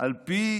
על פי